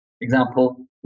example